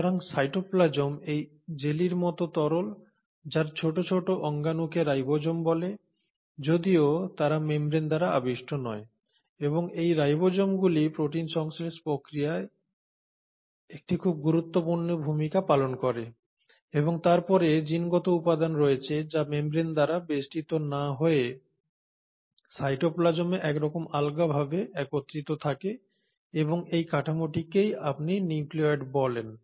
সুতরাং সাইটোপ্লাজম এই জেলির মতো তরল যার ছোট ছোট অঙ্গানুকে রাইবোসোম বলে যদিও তারা মেমব্রেন দ্বারা আবিষ্ট নয় এবং এই রাইবোসোমগুলি প্রোটিন সংশ্লেষ প্রক্রিয়ায় একটি খুব গুরুত্বপূর্ণ ভূমিকা পালন করে এবং তারপরে জিনগত উপাদান রয়েছে যা মেমব্রেন দ্বারা বেষ্টিত না হয়ে সাইটোপ্লাজমে একরকম আলগাভাবে একত্রিত থাকে এবং এই কাঠামোটিকেই আপনি নিউক্লিওয়েড বলেন